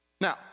Now